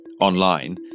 online